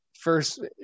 first